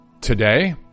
Today